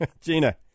Gina